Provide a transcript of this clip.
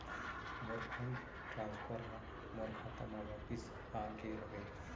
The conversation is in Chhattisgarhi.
मोर फंड ट्रांसफर हा मोर खाता मा वापिस आ गे हवे